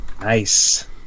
Nice